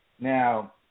Now